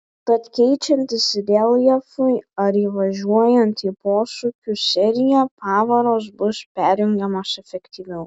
tad keičiantis reljefui ar įvažiuojant į posūkių seriją pavaros bus perjungiamos efektyviau